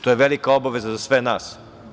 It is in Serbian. To je velika obaveza za sve nas.